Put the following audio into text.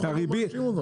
אף אחד לא מאשים אותם.